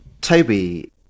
Toby